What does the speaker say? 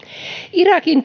irakin